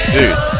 Dude